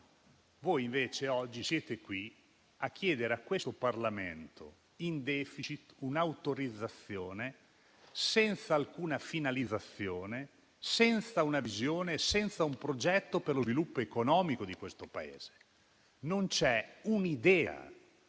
oggi invece siete qui a chiedere a questo Parlamento in *deficit* un'autorizzazione senza alcuna finalizzazione, senza una visione, senza un progetto per lo sviluppo economico di questo Paese. Non c'è un'idea